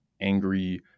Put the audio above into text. angry